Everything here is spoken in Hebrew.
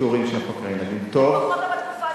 לפחות בתקופה,